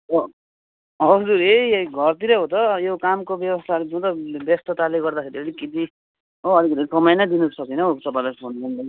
हजुर यही यही घरतिरै हो त यो कामको व्यवस्थाहरू व्यस्तताले गर्दाखेरि अलिकति हो हजुर समय नै दिन सकिनँ हौ तपाईँलाई सम्झिँदै